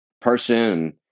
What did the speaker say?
person